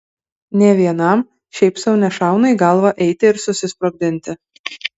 nė vienam šiaip sau nešauna į galvą eiti ir susisprogdinti